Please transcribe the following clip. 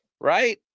Right